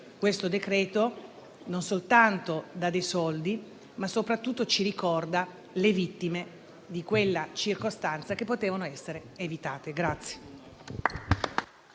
esame non soltanto eroga dei soldi, ma soprattutto ci ricorda le vittime di quella circostanza che potevano essere evitate. Per